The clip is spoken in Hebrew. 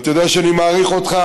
אתה יודע שאני מעריך אותך,